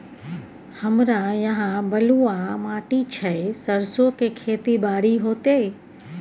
हमरा यहाँ बलूआ माटी छै सरसो के खेती बारी होते?